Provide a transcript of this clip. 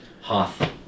Hoth